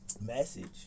Message